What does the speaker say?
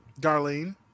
Darlene